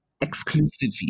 exclusively